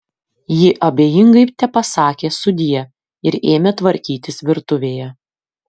ji abejingai tepasakė sudie ir ėmė tvarkytis virtuvėje